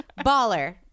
Baller